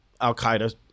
Al-Qaeda